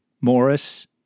Morris